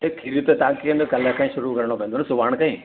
त खीर त तव्हांखे न कल्हि खां ई शुरू करिणो पवंदो सुभाणे खां ई